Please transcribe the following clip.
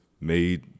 made